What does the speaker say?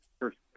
first